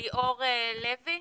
ליאור לוי.